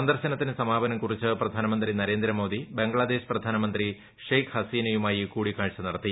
സന്ദർശനത്തിന് സമാപനം കുറിച്ച് പ്രധാനമന്ത്രി നരേന്ദ്രമോദി ബംഗ്ലാദേശ് പ്രധാനമന്ത്രി ഷെയ്ക് ഹസീനയുമായി കൂടിക്കാഴ്ച നടത്തി